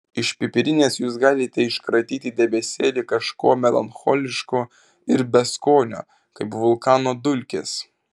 iš pipirinės jūs galite iškratyti debesėlį kažko melancholiško ir beskonio kaip vulkano dulkės